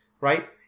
right